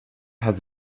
has